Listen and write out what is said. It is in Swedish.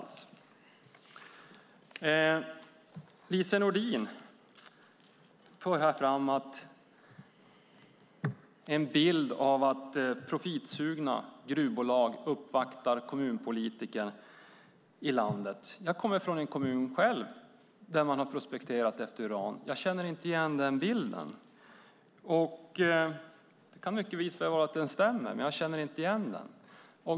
Lise Nordin förde fram en bild av att profitsugna gruvbolag uppvaktar kommunpolitiker i landet. Jag kommer själv från en kommun där man har prospekterat efter uran, och jag känner inte igen den bilden. Det kan mycket väl visa sig att den stämmer, men jag känner inte igen den.